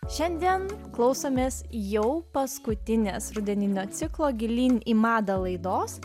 šiandien klausomės jau paskutinės rudeninio ciklo gilyn į madą laidos